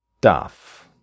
darf